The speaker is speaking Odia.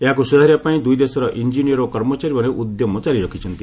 ଏହାକୁ ସୁଧାରିବାପାଇଁ ଦୁଇ ଦେଶର ଇଞ୍ଜିନିୟର୍ ଓ କର୍ମଚାରୀମାନେ ଉଦ୍ୟମ ଜାରି ରଖିଛନ୍ତି